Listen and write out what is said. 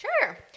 Sure